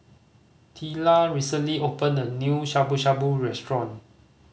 Teela recently opened a new Shabu Shabu Restaurant